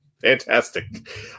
fantastic